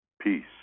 peace